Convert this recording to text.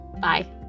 Bye